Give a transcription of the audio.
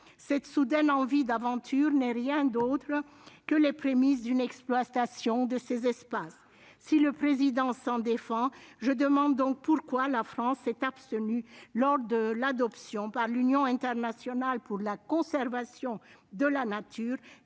Cette soudaine envie d'aventure ne traduit rien d'autre que les prémices d'une exploitation de ces espaces. Si le président s'en défend, je demande donc pourquoi la France s'est abstenue lors de l'adoption par l'Union internationale pour la conservation de la nature